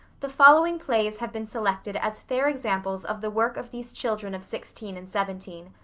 the following plays have been selected as fair examples of the work of these children of sixteen and seventeen.